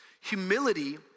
Humility